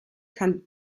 kann